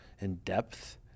in-depth